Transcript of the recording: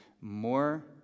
more